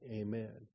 Amen